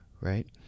right